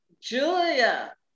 Julia